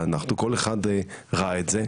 כל אחד ראה את זה,